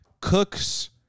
cooks